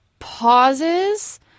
Pauses